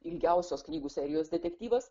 ilgiausios knygų serijos detektyvas